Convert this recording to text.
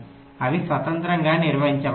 అవి స్వతంత్రంగా నిర్వహించబడతాయి